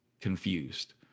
confused